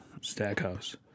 Stackhouse